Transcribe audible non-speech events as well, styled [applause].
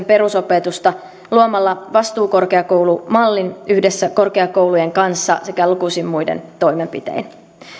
[unintelligible] perusopetusta luomalla vastuukorkeakoulumallin yhdessä korkeakoulujen kanssa sekä lukuisin muin toimenpitein